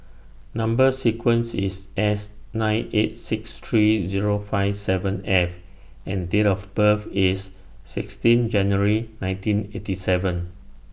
Number sequence IS S nine eight six three Zero five seven F and Date of birth IS sixteen January nineteen eighty seven